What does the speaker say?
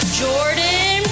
jordan